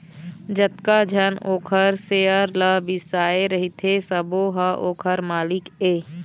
जतका झन ओखर सेयर ल बिसाए रहिथे सबो ह ओखर मालिक ये